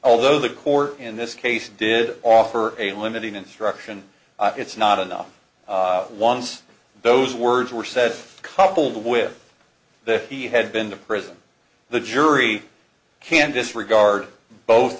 although the court in this case did offer a limited instruction it's not enough once those words were said coupled with the he had been to prison the jury can disregard both